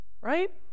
right